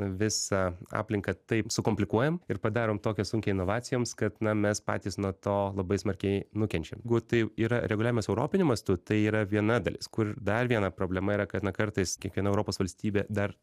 visą aplinką taip sukomplikuojam ir padarom tokią sunkią inovacijoms kad na mes patys nuo to labai smarkiai nukenčiam jeigu tai yra reguliavimas europiniu mastu tai yra viena dalis kur dar viena problema yra kad na kartais kiekviena europos valstybė dar